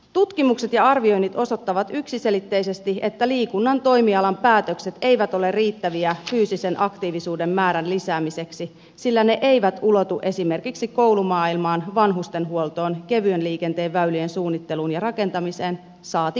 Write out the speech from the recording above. tutkimukset ja arvioinnit osoittavat yksiselitteisesti että liikunnan toimialan päätökset eivät ole riittäviä fyysisen aktiivisuuden määrän lisäämiseksi sillä ne eivät ulotu esimerkiksi koulumaailmaan vanhustenhuoltoon kevyen liikenteen väylien suunnitteluun ja rakentamiseen saati päivähoitoon